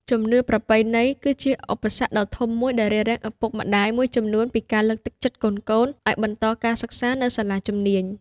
ជំនឿប្រពៃណី គឺជាឧបសគ្គដ៏ធំមួយដែលរារាំងឪពុកម្តាយមួយចំនួនពីការលើកទឹកចិត្តកូនៗឱ្យបន្តការសិក្សានៅសាលាជំនាញ។